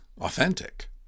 authentic